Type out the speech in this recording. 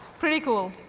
pretty cool.